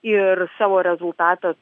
ir savo rezultatą